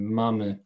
mamy